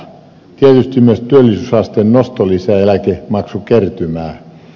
tietysti myös työllisyysasteen nosto lisää eläkemaksukertymää